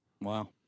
Wow